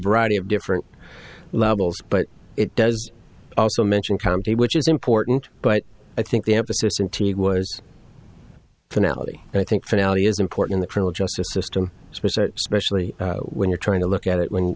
variety of different levels but it does also mention county which is important but i think the emphasis in t was finale and i think finale is important the kernel justice system specially when you're trying to look at it when